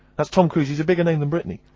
that's tom cruise. he's a bigger name than britney.